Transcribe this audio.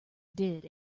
did